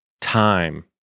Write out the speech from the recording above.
time